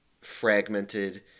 fragmented